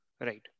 Right